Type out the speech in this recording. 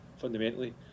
fundamentally